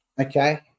okay